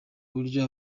buryo